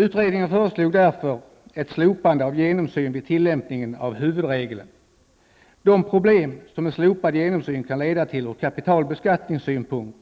Utredningen föreslog därför ett slopande av genomsyn vid tillämpningen av huvudregeln. De problem som en slopad genomsyn kan leda till från kapitalbeskattningssynpunkt